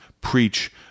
preach